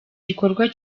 gikorwa